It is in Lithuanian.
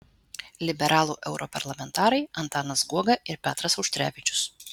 liberalų europarlamentarai antanas guoga ir petras auštrevičius